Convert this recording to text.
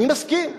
אני מסכים.